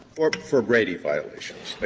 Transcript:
for for brady violations.